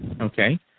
Okay